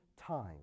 time